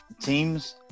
Teams